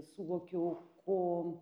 suvokiau o